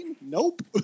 nope